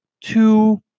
two